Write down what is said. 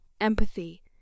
empathy